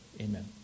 Amen